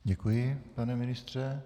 Děkuji, pane ministře.